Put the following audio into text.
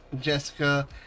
Jessica